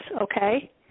okay